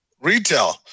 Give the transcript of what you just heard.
Retail